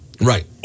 Right